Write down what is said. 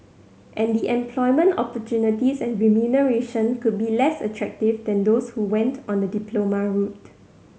and the employment opportunities and remuneration could be less attractive than those who went on the diploma route